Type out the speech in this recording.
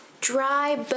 dry